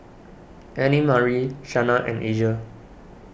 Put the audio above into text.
Annemarie Shana and Asia